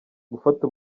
gufata